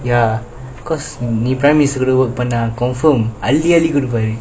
ya because நீ:nee prime minister குட:kuda work பன்னா:panna confirm அள்ளி அள்ளீ குடுப்பாரு:alli alli kudupaaru